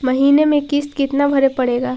महीने में किस्त कितना भरें पड़ेगा?